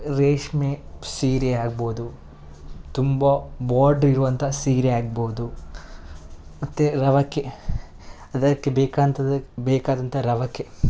ರೇಷ್ಮೆ ಸೀರೆ ಆಗ್ಬೋದು ತುಂಬ ಬಾರ್ಡ್ರ್ ಇರುವಂಥ ಸೀರೆ ಆಗ್ಬೋದು ಮತ್ತು ರವಿಕೆ ಅದಕ್ಕೆ ಬೇಕಾದಂಥದ್ದು ಬೇಕಾದಂಥ ರವಿಕೆ